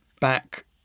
back –